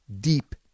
Deep